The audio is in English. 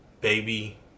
baby